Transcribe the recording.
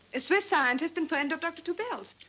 a swiss scientist and friend of dr. tobel's.